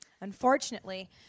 Unfortunately